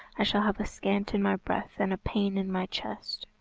i shall have a scant in my breath and a pain in my chest.